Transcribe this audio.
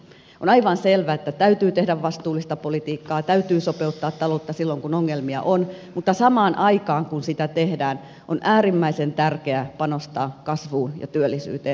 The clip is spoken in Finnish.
on aivan selvää että täytyy tehdä vastuullista politiikkaa täytyy sopeuttaa taloutta silloin kun ongelmia on mutta samaan aikaan kun sitä tehdään on äärimmäisen tärkeää panostaa kasvuun ja työllisyyteen